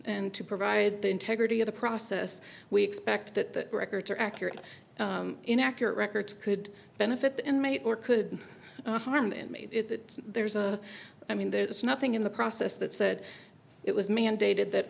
and to provide the integrity of the process we expect that the records are accurate inaccurate records could benefit the inmate or could harm in that there's a i mean there's nothing in the process that said it was mandated that